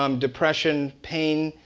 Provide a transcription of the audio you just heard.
um depression, pain,